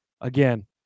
Again